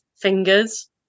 fingers